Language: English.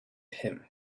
him